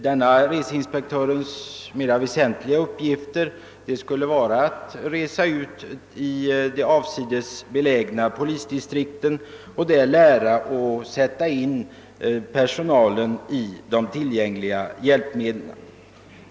En av reseinspektörens mera väsentliga uppgifter skulle vara att resa ut till de avsides be lägna polisdistrikten för att där informera personalen om de tillgängliga hjälpmedlen och lära personalen att begagna dem.